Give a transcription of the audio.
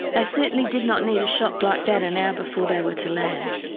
they certainly did not need a shock like that an hour before they were to land.